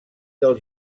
del